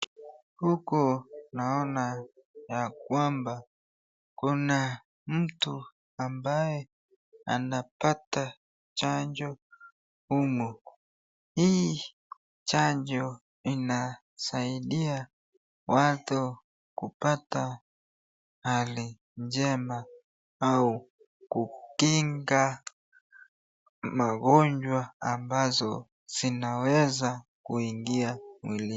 Hapa naona ya kwamba kuna mtu ambaye anapata chanjo humu, hii chanjo inasaidia watu kupata hali njema au kukinga magonjwa ambazo zinaweza kuingia mwilini.